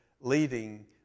leading